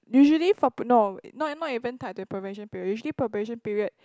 usually for no not not even tied to your probation period usually probation period